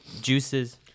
juices